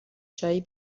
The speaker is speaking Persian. چایی